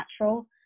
natural